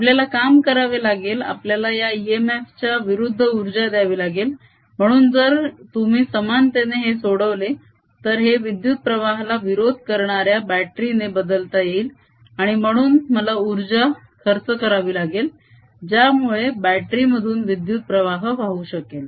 आपल्याला काम करावे लागेल आपल्याला या इएमएफ च्या विरुद्ध उर्जा द्यावी लागेल म्हणून जर तुम्ही समानतेने हे सोडवले तर हे विद्युत प्रवाहाला विरोध करणाऱ्या बटरी ने बदलता येईल आणि म्हणून मला उर्जा खर्च करावी लागेल ज्यामुळे बटरी मधून विद्युत प्रवाह वाहू शकेल